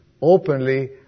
openly